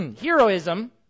heroism